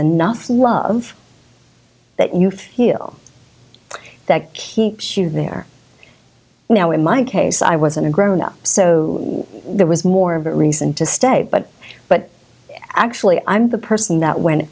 enough love that you feel that keeps you there now in my case i wasn't a grown up so there was more of a reason to stay but but actually i'm the person that went